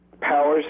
powers